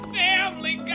family